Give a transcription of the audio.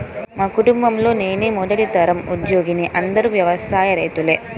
మా కుటుంబంలో నేనే మొదటి తరం ఉద్యోగిని అందరూ వ్యవసాయ రైతులే